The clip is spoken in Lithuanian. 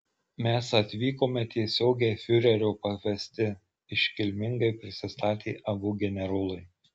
mes atvykome tiesiogiai fiurerio pavesti iškilmingai prisistatė abu generolai